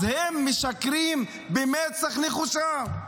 הם משקרים במצח נחושה.